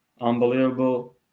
unbelievable